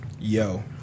Yo